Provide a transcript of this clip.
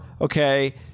okay